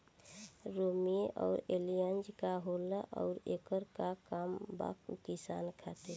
रोम्वे आउर एलियान्ज का होला आउरएकर का काम बा किसान खातिर?